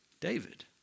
David